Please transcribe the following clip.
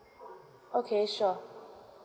okay sure